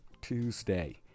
Tuesday